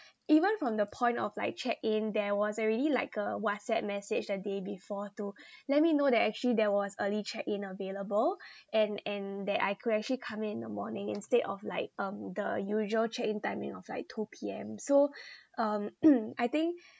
even from the point of like check in there was already like a whatsapp message a day before to let me know that actually there was early check in available and and that I could actually come in the morning instead of like um the usual check in time in of like two P_M so um I think